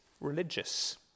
religious